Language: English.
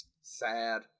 sad